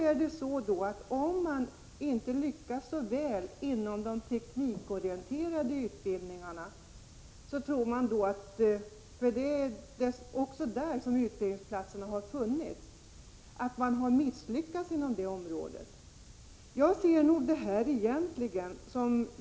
Om man i dag inte lyckas så bra inom de teknikorienterade utbildningarna, där utbildningsplatserna nu finns, tror man att satsningarna inom det området är misslyckade.